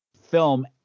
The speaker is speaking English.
film